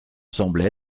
semble